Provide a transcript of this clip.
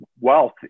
wealth